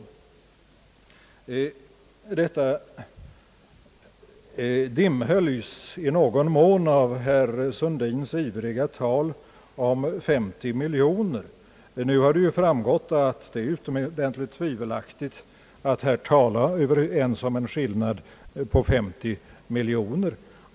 Detta dimbhöljs i någon mån av herr Sundins ivriga tal om 50 miljoner. Nu har det ju framgått, att det är utomordentligt tvivelaktigt att här ens tala om en skillnad på 50 miljoner.